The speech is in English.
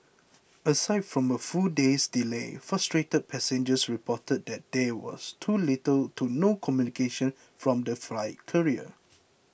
aside from the full day's delay frustrated passengers reported that there was too little to no communication from the flight carrier